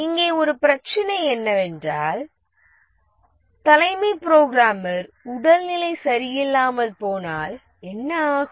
இங்கே ஒரு பெரிய பிரச்சனை என்னவென்றால் தலைமை புரோகிராமர் உடல்நிலை சரியில்லாமல் போனால் என்ன ஆகும்